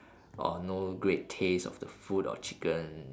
or no great taste of the food or chicken